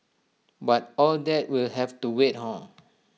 but all that will have to wait hor